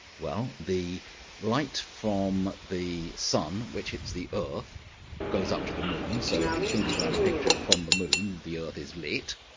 well, the light from the sun which hits the earth goes up to the moon. so if you think about a picture from the moon, the earth is lit,